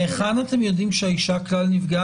מהיכן אתם יודעים שהאישה נפגעה?